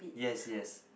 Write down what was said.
yes yes